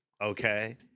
okay